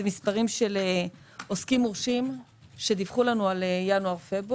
של עוסקים מורשים שדיווחו לנו על ינואר-פברואר.